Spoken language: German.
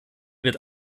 wird